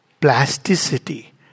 plasticity